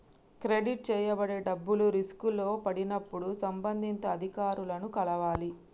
credit చేయబడే డబ్బులు రిస్కులో పడినప్పుడు సంబంధిత అధికారులను కలవాలి